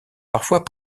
parfois